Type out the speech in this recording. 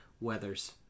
Weathers